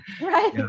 Right